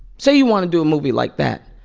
so you want to do a movie like that.